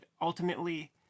ultimately